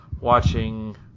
watching